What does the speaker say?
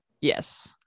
Yes